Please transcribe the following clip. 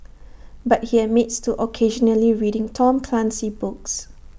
but he admits to occasionally reading Tom Clancy books